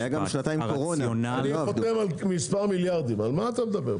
זה מספר מיליארדים, על מה אתה מדבר?